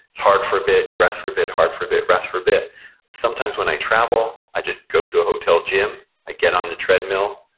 it's hard for a bit, you rest for a bit, hard for a bit, rest for a bit sometimes when i travel i just go to a hotel gym, i get on the treadmill,